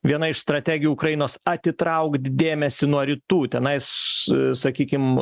viena iš strategijų ukrainos atitraukt dėmesį nuo rytų tenais sakykim